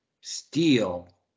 steel